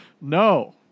No